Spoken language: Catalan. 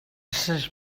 ses